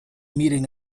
meeting